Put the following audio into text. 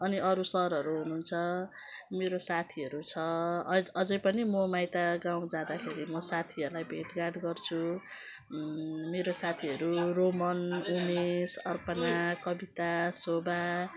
अनि अरू सरहरू हुनुहुन्छ मेरो साथीहरू छ अझ अझै पनि म माइत गाउँ जाँदाखेरि म साथीहरूलाई भेटघाट गर्छु मेरो साथीहरू रोमन उमेश अर्पणा कविता शोभा